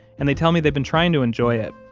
and they tell me they've been trying to enjoy it,